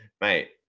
Mate